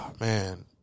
Man